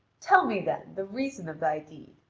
tell me, then, the reason of thy deed.